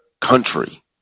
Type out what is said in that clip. country